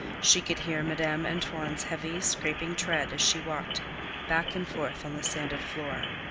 she could hear madame antoine's heavy, scraping tread as she walked back and forth on the sanded floor.